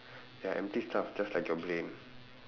ya empty stuff just like your brain